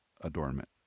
adornment